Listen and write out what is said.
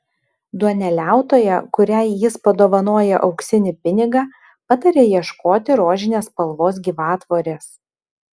duoneliautoja kuriai jis padovanoja auksinį pinigą pataria ieškoti rožinės spalvos gyvatvorės